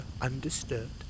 undisturbed